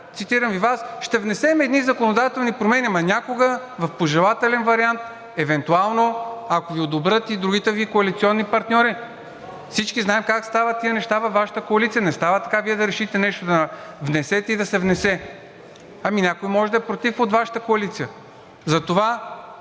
цитирам Ви Вас: „ще внесем едни законодателни промени“, но някога, в пожелателен вариант, евентуално, ако Ви одобрят и другите Ви коалиционни партньори. Всички знаем как стават тези неща във Вашата коалиция, не става така Вие да решите нещо да внесете и да се внесе, ами някой може да е против от Вашата коалиция. Затова,